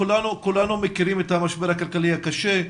כולנו מכירים את המשבר הכלכלי הקשה,